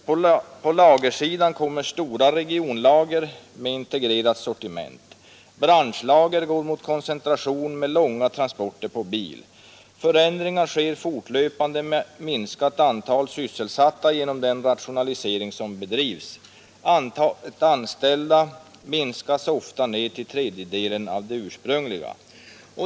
På lagersidan kommer stora regionlager med integrerat sortiment. Branschlager går mot koncentration med långa transporter på bil. Förändringar sker fortlöpande med minskat antal sysselsatta genom den rationalisering som bedrivs. Antalet anställda minskas ofta till en tredjedel av det ursprungliga.